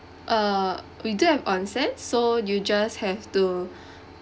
uh we do have onsen so you just have to